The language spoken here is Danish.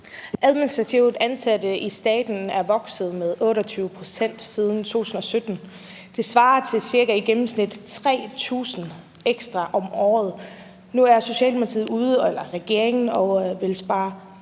administrativt ansatte i staten er vokset med 28 pct. siden 2017. Det svarer i gennemsnit til ca. 3.000 ekstra om året. Nu er regeringen ude og vil spare